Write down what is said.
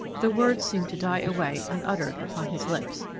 the words seemed to die away, unuttered, upon his lips.